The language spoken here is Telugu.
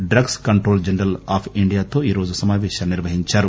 డ్రగ్స్ కంట్రోల్ జనరల్ ఆఫ్ ఇండియాతో ఈరోజు సమాపేశాన్ని నిర్వహించారు